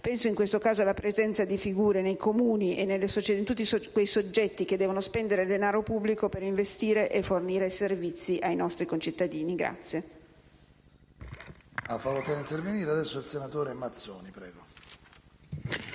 Penso in questo caso alla presenza di figure nei Comuni e in tutti quei soggetti che devono spendere denaro pubblico per investire e fornire servizi ai nostri concittadini.